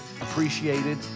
appreciated